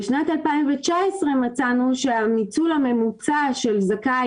בשנת 2019 מצאנו שהניצול הממוצע של זכאי